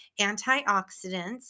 antioxidants